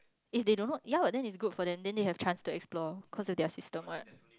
if they don't know yeah then it's good for them then they have chance to explore cause that they are system one